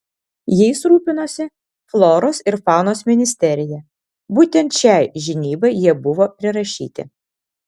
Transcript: jais rūpinosi floros ir faunos ministerija būtent šiai žinybai jie buvo prirašyti